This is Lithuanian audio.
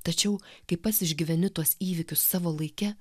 tačiau kai pats išgyveni tuos įvykius savo laike